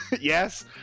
Yes